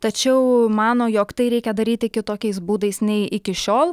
tačiau mano jog tai reikia daryti kitokiais būdais nei iki šiol